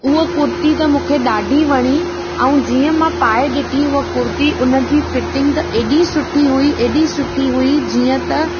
उहा कुर्ती त मूंखे ॾाढी वणी ऐं जीअं मां पाए ॾिठी उहा कुर्ती उन जी फ़िटिंग त एॾी सुठी हुई एॾी सुठी हुई जीअं त